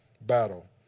battle